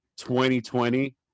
2020